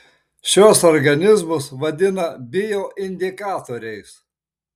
šiuos organizmus vadina bioindikatoriais